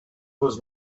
was